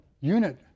unit